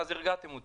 הרגעתם אותי,